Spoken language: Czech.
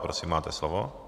Prosím, máte slovo.